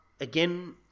again